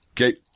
Okay